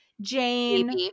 Jane